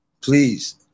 Please